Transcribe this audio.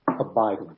abiding